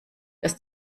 dass